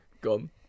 Gone